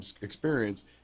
experience